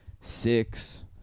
six